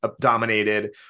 dominated